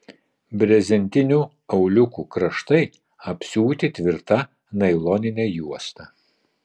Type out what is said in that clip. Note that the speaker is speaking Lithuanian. brezentinių auliukų kraštai apsiūti tvirta nailonine juosta